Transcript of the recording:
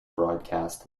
broadcast